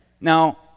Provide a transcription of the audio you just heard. Now